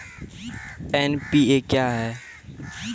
NPA क्या हैं?